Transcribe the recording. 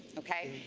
okay?